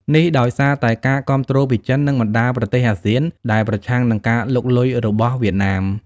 នេះដោយសារតែការគាំទ្រពីចិន និងបណ្ដាប្រទេសអាស៊ានដែលប្រឆាំងនឹងការលុកលុយរបស់វៀតណាម។